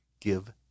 give